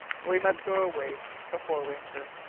we must go away before winter